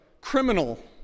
criminal